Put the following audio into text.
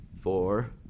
Four